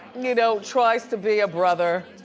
you know, tries to be a brother,